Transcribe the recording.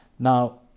Now